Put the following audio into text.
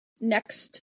next